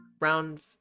Round